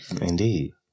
indeed